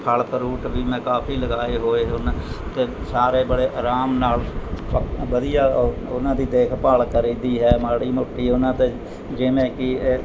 ਫ਼ਲ਼ fruit ਵੀ ਮੈਂ ਕਾਫ਼ੀ ਲਗਾਏ ਹੋਏ ਹਨ ਅਤੇ ਸਾਰੇ ਬੜੇ ਆਰਾਮ ਨਾਲ਼ ਪ ਵਧੀਆ ਓਹਨਾਂ ਦੀ ਦੇਖਭਾਲ ਕਰੀਦੀ ਹੈ ਮਾੜੀ ਮੋਟੀ ਓਹਨਾਂ ਤੇ ਜਿਵੇਂ ਕੀ ਹੈ